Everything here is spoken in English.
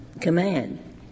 command